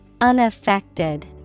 Unaffected